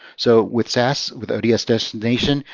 so with sas with ods destination,